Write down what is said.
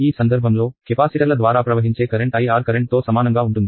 ఈ సందర్భంలో కెపాసిటర్ల ద్వారాప్రవహించే కరెంట్ IR కరెంట్తో సమానంగా ఉంటుంది